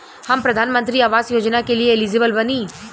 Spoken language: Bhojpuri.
हम प्रधानमंत्री आवास योजना के लिए एलिजिबल बनी?